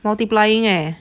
multiplying eh